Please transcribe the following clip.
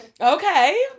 Okay